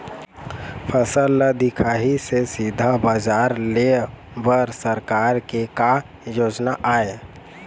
फसल ला दिखाही से सीधा बजार लेय बर सरकार के का योजना आहे?